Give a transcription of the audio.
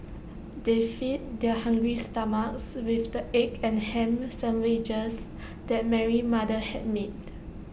they fed their hungry stomachs with the egg and Ham Sandwiches that Mary's mother had made